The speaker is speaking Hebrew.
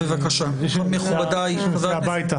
כי זה בתקנות ולא בחוק.